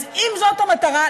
אז אם זאת המטרה,